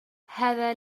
هذا